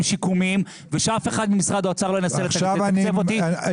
שיקומיים ושאף אחד ממשרד האוצר לא ינסה לתקצב אותי ולעצור אותי על כסף.